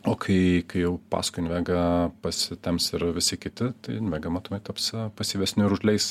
o kai jau paskui invegą pasitemps ir visi kiti invega matomai taps pasyvesnė ir užleis